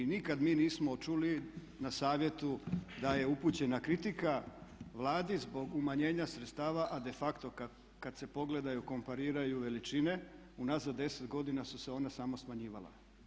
Nikad mi nismo čuli na Savjetu da je upućena kritika Vladi zbog umanjenja sredstava, a de facto kad se pogledaju i kompariraju veličine unazad 10 godina su se ona samo smanjivala.